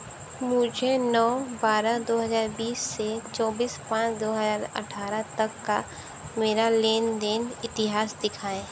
मुझे नौ बारह दो हजार बीस से चौबीस पाँच दो हजार अठारह तक का मेरा लेन देन इतिहास दिखाएँ